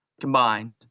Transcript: combined